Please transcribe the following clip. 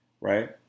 right